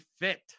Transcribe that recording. fit